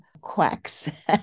quacks